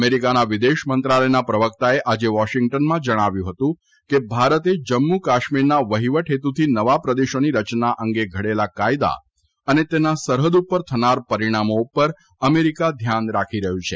અમેરીકાના વિદેશ મંત્રાલયના પ્રવક્તાએ આજે વોશિંગ્ટનમાં જણાવ્યું હતું કે ભારતે જમ્મુ કાશ્મીરના વફીવટ હેતુથી નવા પ્રદેશોની રચના અંગે ઘડેલા કાયદા અને તેના સરહદ પર થનાર પરિણામો ઉપર અમેરીકા ધ્યાન રાખી રહ્યું છે